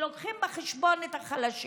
ומביאים בחשבון את החלשים,